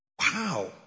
wow